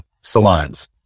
salons